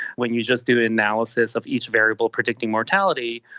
when you just do analysis of each variable predicting mortality,